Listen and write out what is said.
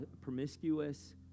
promiscuous